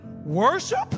Worship